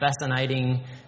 fascinating